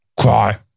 Cry